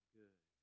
good